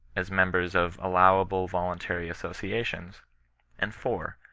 as members of allowable voluntary associa tions and four.